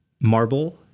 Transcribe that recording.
marble